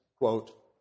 Quote